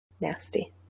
nasty